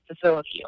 facility